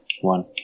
one